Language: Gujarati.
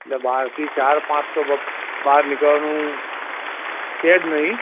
એટલે બાર થી ચાર પાંચ તો બપ બહાર નિકળવાનું છે જ નઈ